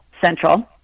Central